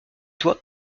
toi